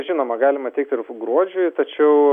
žinoma galima teikt ir gruodžiui tačiau